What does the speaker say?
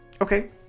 Okay